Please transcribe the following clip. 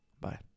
Bye